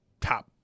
top